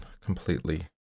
completely